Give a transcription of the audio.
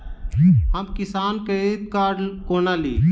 हम किसान credit card कोना ली?